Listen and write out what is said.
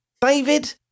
David